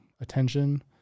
attention